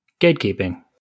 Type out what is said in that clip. gatekeeping